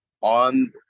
on